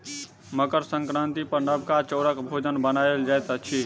मकर संक्रांति पर नबका चौरक भोजन बनायल जाइत अछि